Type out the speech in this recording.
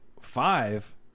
Five